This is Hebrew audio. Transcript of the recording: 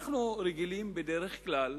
בדרך כלל